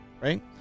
Right